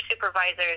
supervisors